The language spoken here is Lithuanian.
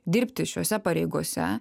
dirbti šiose pareigose